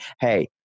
hey